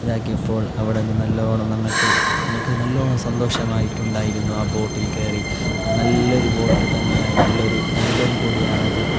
ഇതാക്കിയപ്പോൾ അവിടെ നിന്ന് നല്ല വണ്ണം ഞങ്ങൾക്ക് ഞങ്ങൾക്ക് നല്ല വണ്ണം സന്തോഷമായിട്ടുണ്ടായിരുന്നു ആ ബോട്ടിൽ കയറി നല്ലൊരു ബോട്ട് തന്നെയായിരുന്നു നല്ലൊരു അനുഭവം കൂടിയാണത്